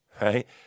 right